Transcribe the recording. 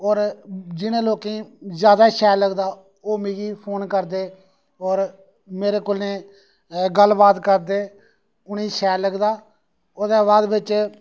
और जिन्ने लोकें गी जैदा शैल लगदा ओह् मिगी फोन करदे और मेरे कोले गल्ल बात करदे उ'नेंगी शैल लगदा ओह्दे बाद बिच